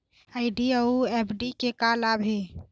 RD अऊ FD के का लाभ हे?